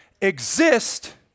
exist